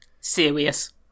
Serious